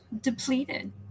Depleted